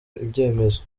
ibyemezo